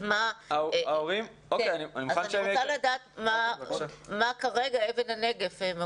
אז אני רוצה לדעת מהי כרגע אבן הנגף.